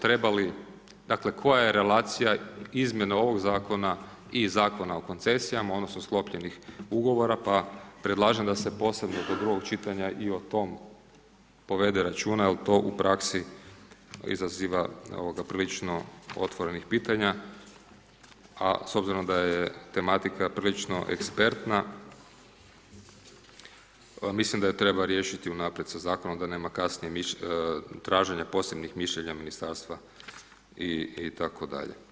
Treba li, dakle, koja je relacija izmijene ovog Zakona i Zakona o koncesijama odnosno sklopljenih Ugovora, pa predlažem da se posebno do drugog čitanja i o tom povede računa jer to praksi izaziva prilično otvorenih pitanja a s obzirom da je tematika prilično ekspertna, mislim da je treba riješiti unaprijed sa zakonom, da nema kasnije traženja posebnih mišljenja ministarstva itd.